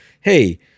hey